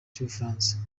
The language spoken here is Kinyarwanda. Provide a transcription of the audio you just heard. cy’ubufaransa